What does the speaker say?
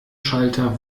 schalter